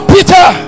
Peter